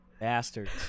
Bastards